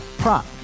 prop